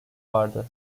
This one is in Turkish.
vardı